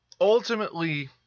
ultimately